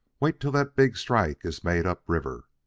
wait till that big strike is made up river.